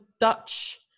Dutch